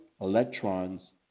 electrons